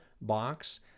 box